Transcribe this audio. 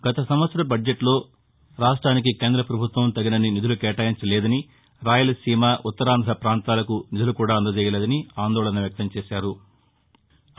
గత సంవత్సర బడ్జెట్లో రాష్ట్రానికి కేంద్ర ప్రభుత్వం తగినన్ని నిధులు కేటాయించలేదని రాయలసీమ ఉత్తరాంధ్ర ప్రాంతాలకు నిధులు కూడా అందజేయలేదని ఆందోళన వ్యక్తం చేశారు